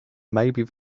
maybe